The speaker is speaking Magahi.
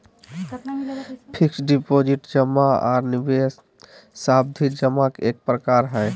फिक्स्ड डिपाजिट जमा आर निवेश सावधि जमा के एक प्रकार हय